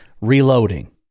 reloading